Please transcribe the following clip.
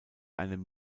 einem